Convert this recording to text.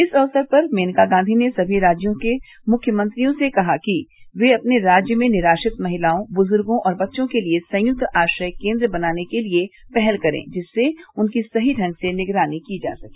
इस अवसर पर मेनका गांधी ने समी राज्यों के मुख्यमंत्रियों से कहा कि वे अपने राज्य में निराश्रित महिलाओं बुजुर्गो और बच्चों के लिए संयुक्त आश्रय केन्द्र बनाने के लिए पहल करें जिससे उनकी सही ढंग से निगरानी की जा सके